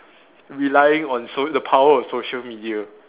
relying on so~ the power of social media